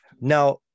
now